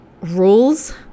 rules